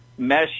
mesh